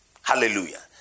Hallelujah